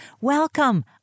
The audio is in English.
welcome